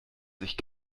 sich